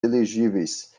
elegíveis